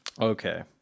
Okay